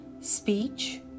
speech